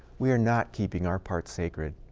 we are not keeping our part sacred.